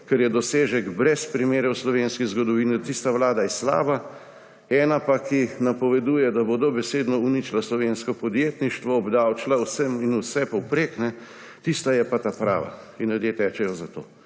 kar je dosežek brez primere v slovenski zgodovini, slaba, ena, ki napoveduje, da bo dobesedno uničila slovensko podjetništvo, obdavčila vsem in vsepovprek, tista je pa ta prava. In ljudje tečejo za to.